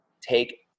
take